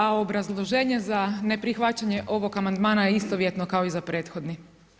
A obrazloženje za neprihvaćanje ovog Amandmana je istovjetno kao i za prethodni.